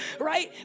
Right